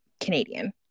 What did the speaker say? Canadian